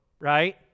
right